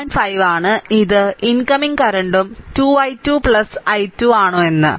5 ആണ് ഇത് ഇൻകമിംഗ് കറന്റും 2 i 2 i 2 ആണോ എന്ന്